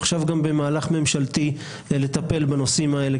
אנחנו עכשיו במהלך ממשלתי כדי לטפל בנושאים האלה,